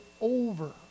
over